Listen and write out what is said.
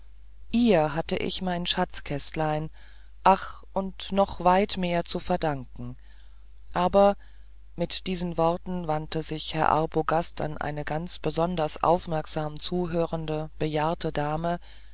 ihr hatte ich mein schatzkästlein ach und noch weit mehr zu verdanken aber mit diesen worten wandte sich herr arbogast an eine ganz besonders aufmerksam zuhörende bejahrte dame